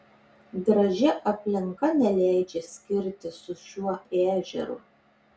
graži aplinka neleidžia skirtis su šiuo ežeru